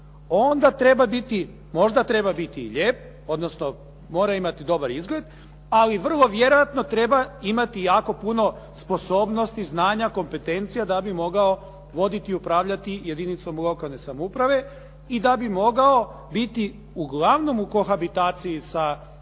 onda treba biti, možda treba biti lijep odnosno mora imati dobar izgled ali vrlo vjerojatno treba imati jako puno sposobnosti, znanja, kompetencija da bi mogao voditi, upravljati jedinicom lokalne samouprave i da bi mogao biti uglavnom u kohabitaciji sa